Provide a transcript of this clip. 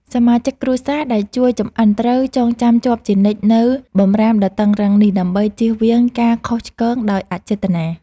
សមាជិកគ្រួសារដែលជួយចម្អិនត្រូវចងចាំជាប់ជានិច្ចនូវបម្រាមដ៏តឹងរ៉ឹងនេះ ដើម្បីជៀសវាងការខុសឆ្គងដោយអចេតនា។